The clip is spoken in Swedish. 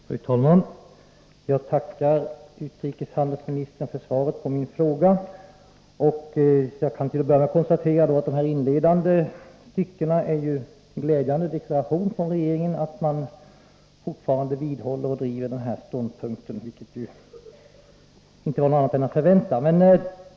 Fru talman! Jag tackar utrikeshandelsministern för svaret på min fråga. Jag kan till att börja med konstatera att de inledande styckena i svaret utgör en glädjande deklaration från regeringen, att man fortfarande vidhåller och driver denna ståndpunkt — något annat var inte att förvänta.